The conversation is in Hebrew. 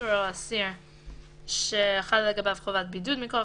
עצור או אסיר שחלה לגביו חובת בידוד מכוח